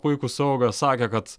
puikų saugą sakė kad